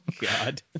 God